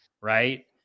Right